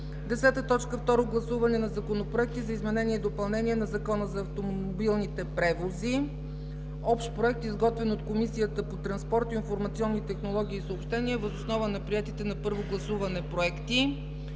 Второ гласуване на законопроекти за изменение и допълнение на Закона за автомобилните превози – Общ проект, изготвен от Комисията по транспорт, информационни технологии и съобщения, въз основа на приетите на първо гласуване проекти.